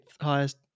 highest